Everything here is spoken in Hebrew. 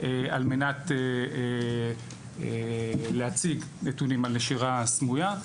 על מנת להציג נתונים על נשירה סמויה.